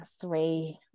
three